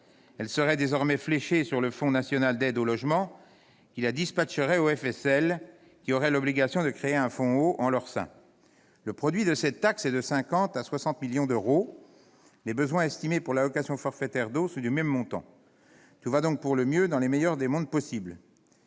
Elle serait désormais fléchée vers le Fonds national d'aide au logement, qui la distribuerait aux FSL, lesquels auraient l'obligation de créer un fonds « eau » en leur sein. Le produit de cette taxe est de 50 à 60 millions d'euros. Les besoins estimés de l'allocation forfaitaire d'eau sont du même montant. Tout va donc pour le mieux dans le meilleur des mondes ! L'idée